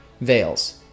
veils